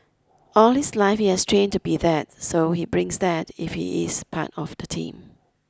all his life he has trained to be that so he brings that if he is part of the team